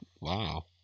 wow